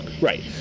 Right